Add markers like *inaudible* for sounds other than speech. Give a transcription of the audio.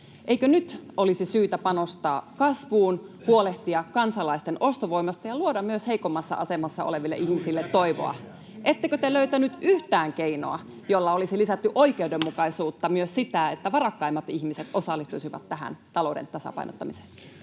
Eikö nyt olisi syytä panostaa kasvuun, huolehtia kansalaisten ostovoimasta ja luoda myös heikoimmassa asemassa oleville ihmisille toivoa? [Eduskunnasta: Juuri sitä me tehdään!] Ettekö te löytäneet yhtään keinoa, jolla olisi lisätty oikeudenmukaisuutta, *noise* myös sitä, että varakkaimmat ihmiset osallistuisivat tähän talouden tasapainottamiseen?